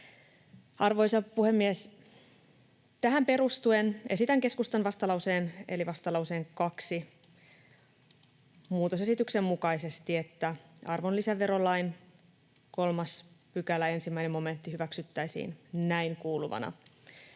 Arvoisa puhemies! Tähän perustuen esitän keskustan vastalauseen eli vastalauseen 2 muutosesityksen mukaisesti, että arvonlisäverolain 3 §:n 1 momentti hyväksyttäisiin näin kuuluvana: